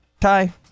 ty